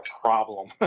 problem